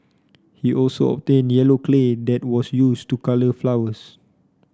he also obtained yellow clay that was used to colour flowers